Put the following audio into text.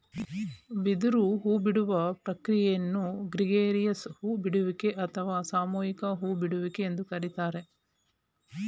ಬಿದಿರು ಹೂಬಿಡುವ ಪ್ರಕ್ರಿಯೆಯನ್ನು ಗ್ರೆಗೇರಿಯಸ್ ಹೂ ಬಿಡುವಿಕೆ ಅಥವಾ ಸಾಮೂಹಿಕ ಹೂ ಬಿಡುವಿಕೆ ಎಂದು ಕರಿತಾರೆ